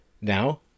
Now